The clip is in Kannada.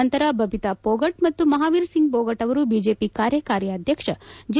ನಂತರ ಬಬಿತಾ ಪೊಗಟ್ ಮತ್ತು ಮಹಾವೀರ್ ಸಿಂಗ್ ಪೊಗಟ್ ಅವರು ಬಿಜೆಪಿ ಕಾರ್ಯಕಾರಿ ಅಧ್ಯಕ್ಷ ಜೆ